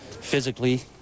physically